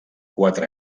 quatre